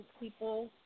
people